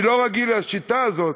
אני לא רגיל לשיטה הזאת